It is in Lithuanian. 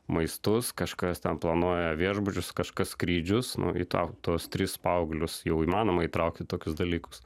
maistus kažkas ten planuoja viešbučius kažkas skrydžius nu į tuos tris paauglius jau įmanoma įtraukti tokius dalykus